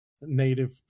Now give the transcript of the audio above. native